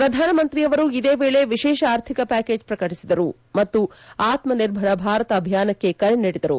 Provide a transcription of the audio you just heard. ಪ್ರಧಾನಮಂತ್ರಿಯವರು ಇದೇ ವೇಳೆ ವಿಶೇಷ ಆರ್ಥಿಕ ಪ್ಲಾಕೇಜ್ ಪ್ರಕಟಿಸಿದರು ಮತ್ತು ಆತ್ಮ ನಿರ್ಭರ ಭಾರತ ಅಭಿಯಾನಕ್ಕೆ ಕರೆ ನೀಡಿದರು